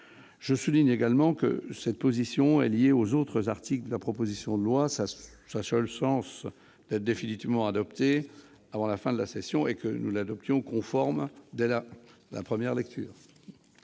le souligne également, cette position est liée aux autres articles de la proposition de loi. Sa seule chance d'être définitivement adoptée avant la fin de la session est que nous l'adoptions conforme dès la première lecture.